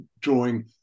drawing